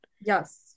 Yes